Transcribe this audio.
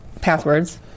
passwords